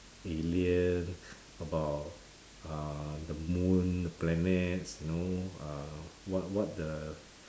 alien about uh the moon the planets you know uh what what the